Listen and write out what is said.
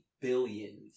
billions